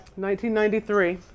1993